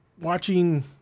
watching